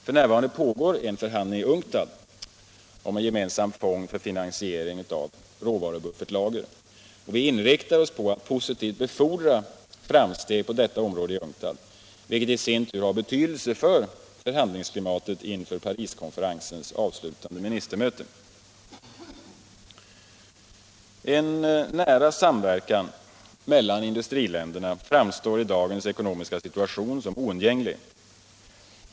F. n. pågår en förhandling i UNCTAD om en gemensam fond för finansiering av råvarubuffertlager. Vi inriktar oss på att positivt befordra framsteg på detta område i UNCTAD, vilket i sin tur har betydelse för förhandlingsklimatet inför Pariskonferensens avslutande ministermöte. En nära samverkan mellan industriländerna framstår i dagens ekonomiska situation som oundgänglig.